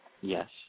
Yes